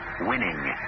Winning